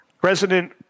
president